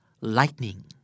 lightning